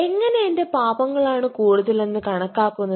എങ്ങനെ എന്റെ പാപങ്ങൾ ആണ് കൂടുതലെന്ന് കണക്കാക്കുന്നത്